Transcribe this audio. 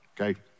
okay